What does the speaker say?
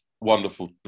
Wonderful